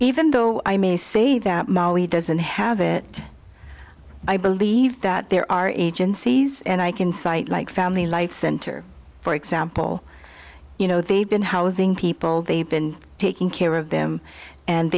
even though i may say that he doesn't have it i believe that there are agencies and i can cite like family life center for example you know they've been housing people they've been taking care of them and